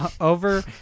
over